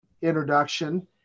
introduction